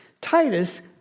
Titus